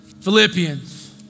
Philippians